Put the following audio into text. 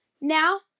Now